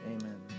Amen